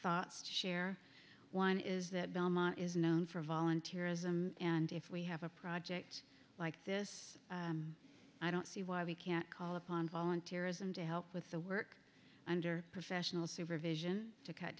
thoughts to share one is that belmont is known for volunteerism and if we have a project like this i don't see why we can't call upon volunteerism to help with the work under professional supervision to cut